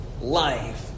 life